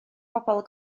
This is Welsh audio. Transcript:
bobl